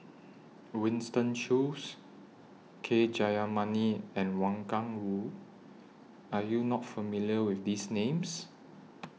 Winston Choos K Jayamani and Wang Gungwu Are YOU not familiar with These Names